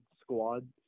squad